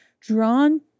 drawn